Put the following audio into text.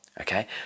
okay